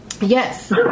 Yes